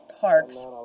parks